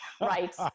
Right